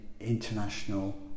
international